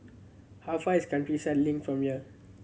how far is Countryside Link from here